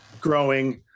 growing